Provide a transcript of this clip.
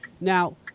Now